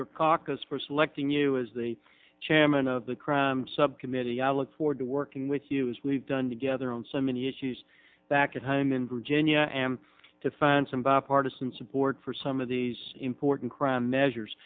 for selecting you as the chairman of the crime subcommittee i look forward to working with you as we've done together on so many issues back at home in virginia and to find some bipartisan support for some of these important crime